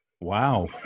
Wow